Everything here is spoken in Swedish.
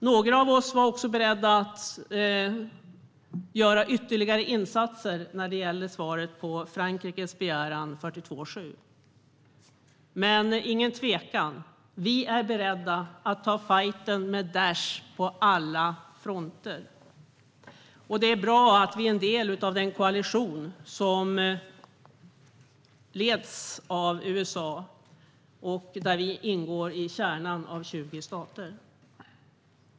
Några av oss var också beredda att göra ytterligare insatser när det gällde svaret på Frankrikes begäran om stöd enligt artikel 42:7. Det är ingen tvekan om att vi är beredda att ta fajten med Daish på alla fronter. Det är bra att vi är en del av den koalition som leds av USA där vi ingår i kärnan av 20 stater.